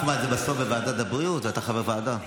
אחמד, זה בסוף בוועדת הבריאות, ואתה חבר ועדה.